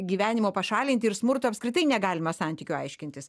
gyvenimo pašalinti ir smurto apskritai negalima santykių aiškintis